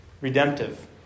redemptive